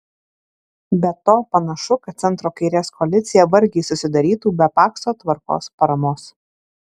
be to panašu kad centro kairės koalicija vargiai susidarytų be pakso tvarkos paramos